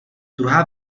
druhá